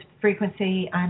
frequency